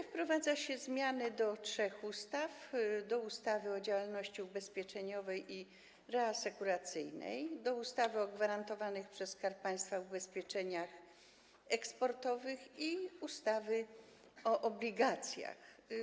Wprowadza się zmiany do trzech ustaw: ustawy o działalności ubezpieczeniowej i reasekuracyjnej, ustawy o gwarantowanych przez Skarb Państwa ubezpieczeniach eksportowych i ustawy o obligacjach.